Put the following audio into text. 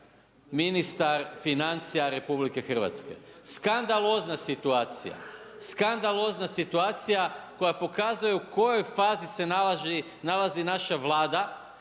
ministar financija RH. Skandalozna situacija, skandalozna situacija koja pokazuje u kojoj fazi se nalazi naša Vlada